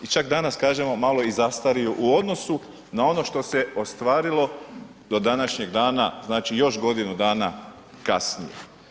I čak danas kažemo malo i zastario u odnosu na ono što se ostvarilo do današnjeg dana, znači još godinu dana kasnije.